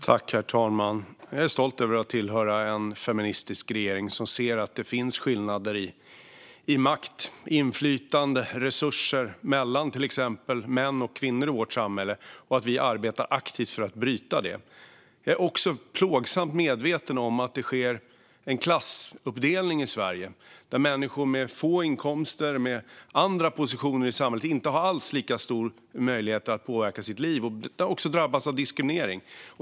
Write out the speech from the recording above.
Herr talman! Jag är stolt över att tillhöra en feministisk regering som ser att det finns skillnader i makt, inflytande och resurser mellan till exempel män och kvinnor i vårt samhälle, och vi arbetar aktivt för att bryta detta. Jag är också plågsamt medveten om att det sker en klassuppdelning i Sverige där människor med låga inkomster och med andra positioner i samhället inte alls har lika stora möjligheter att påverka sitt liv. De drabbas också av diskriminering.